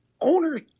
owners